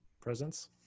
Presence